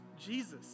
Jesus